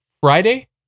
Friday